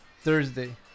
Thursday